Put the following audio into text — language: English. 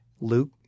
Luke